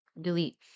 delete